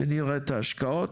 שנראה את ההשקעות.